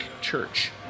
church